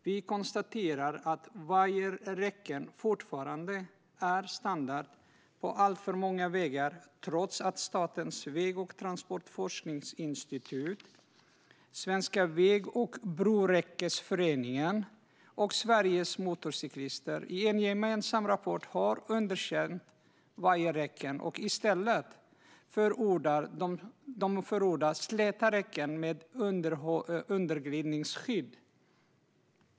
Vi konstaterar att vajerräcken fortfarande är standard på alltför många vägar trots att Statens väg och transportforskningsinstitut, Svenska Väg och Broräckesföreningen och Sveriges Motorcyklister i en gemensam rapport har underkänt vajerräcken och i stället förordar släta räcken med underglidningsskydd.